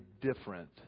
different